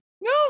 No